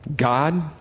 God